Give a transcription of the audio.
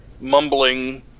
mumbling